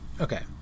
okay